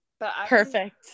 perfect